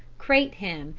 crate him,